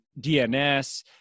DNS